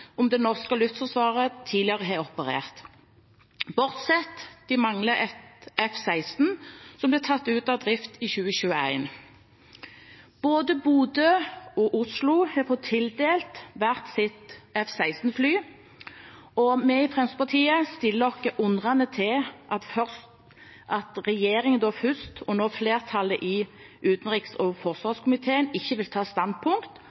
det norske luftforsvaret tidligere har operert, bortsett fra at de mangler F-16, som ble tatt ut av drift i 2021. Bodø og Oslo har fått tildelt hvert sitt F-16-fly, og vi i Fremskrittspartiet stiller oss undrende til at først regjeringen og nå flertallet i utenriks- og forsvarskomiteen ikke vil ta standpunkt